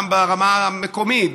גם ברמה המקומית,